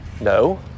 No